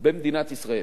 במדינת ישראל.